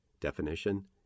Definition